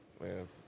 man